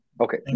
Okay